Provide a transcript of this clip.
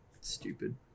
stupid